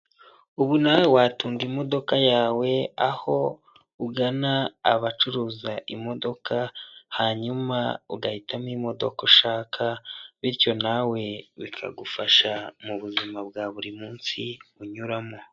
Ubu nawe watunga imodoka yawe aho ugana abacuruza imodoka hanyuma ugahitamo imodoka ushaka, bityo nawe bikagufasha mu buzima bwa buri munsi unyuramo.